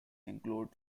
include